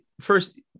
first